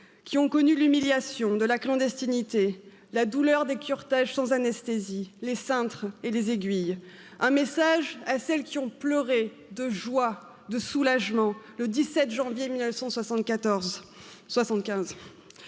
qui ont connu l'humiliation de la clandestinité la douleur des curetage sans anesthésie les cintres et les aiguilles un message à celles qui ont pleuré de joie de soulagement le dix sept janvier mille